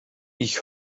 ich